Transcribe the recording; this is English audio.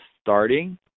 starting